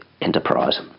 enterprise